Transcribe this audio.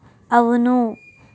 అవును